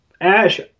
Ash